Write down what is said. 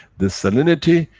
the salinity,